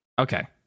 Okay